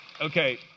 Okay